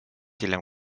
hiljem